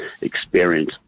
experience